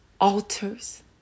altars